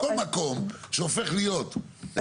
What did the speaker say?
כל מקום שהופך להיות מקום יותר זה.